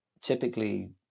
typically